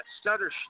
stutter